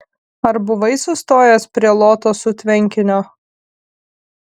ar buvai sustojęs prie lotosų tvenkinio